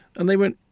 and they went,